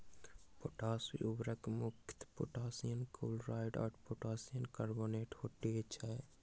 potash उर्वरक मुख्यतः potassium chloride आ पोटासियम कार्बोनेट होइत छै